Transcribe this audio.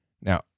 Now